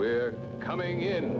we're coming in